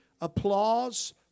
applause